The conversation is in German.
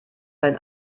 sein